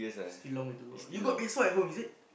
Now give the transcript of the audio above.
still long way to go lah you got P_S-four at home is it